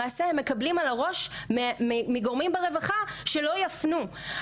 למעשה הם מקבלים על הראש מגורמים ברווחה שלא יפנו.